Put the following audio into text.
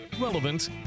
relevant